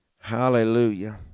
hallelujah